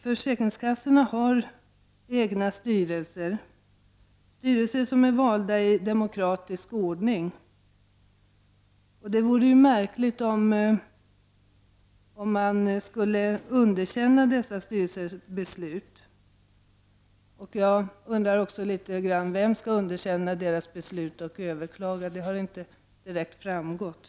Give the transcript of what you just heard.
Försäkringskassorna har egna styrelser som är valda i demokratisk ordning, och det vore märkligt om dessa styrelsers beslut skulle underkännas. Jag undrar också vem som skulle underkänna besluten och överklaga dem — det har inte direkt framgått.